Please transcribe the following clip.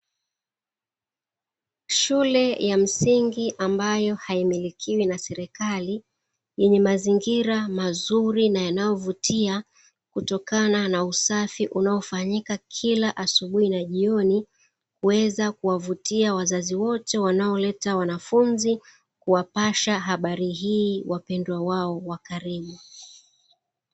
Shule ya msingi ambayo haimilikiwi na serikali, yenye mazingira mazuri na yanayovutia kutokana na usafi unaofanyika kila asubuhi na jioni, kuweza kuwavutia wazazi wote wanaoleta wanafunzi kuwapasha habari hii wapendwa wao wa karibu.